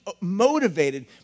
motivated